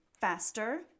faster